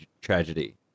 tragedy